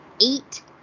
eight